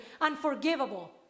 unforgivable